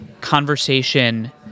conversation